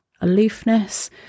aloofness